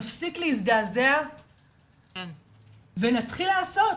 שנפסיק להזדעזע ונתחיל לעשות.